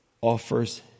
offers